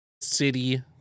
city